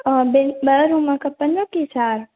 अ ॿिन ॿ रूम खपनि कि चारि